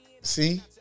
See